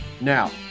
now